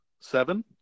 seven